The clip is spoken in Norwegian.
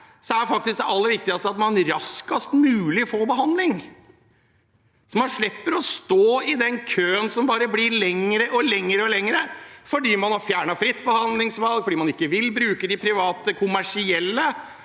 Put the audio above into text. hvem det skulle være, at man raskest mulig får behandling. Slik slipper man å stå i den køen som bare blir lengre og lengre, fordi man har fjernet fritt behandlingsvalg, og fordi man ikke vil bruke de private kommersielle